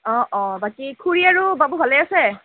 অঁ অঁ বাকী খুৰী আৰু বাবু ভালে আছে